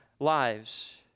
lives